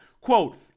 quote